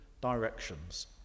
directions